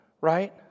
Right